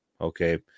Okay